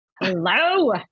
hello